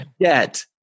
get